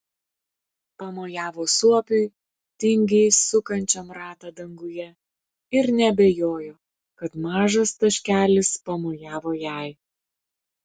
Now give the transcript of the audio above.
pamojavo suopiui tingiai sukančiam ratą danguje ir neabejojo kad mažas taškelis pamojavo jai